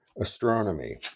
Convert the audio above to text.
astronomy